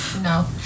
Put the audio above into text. No